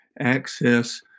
access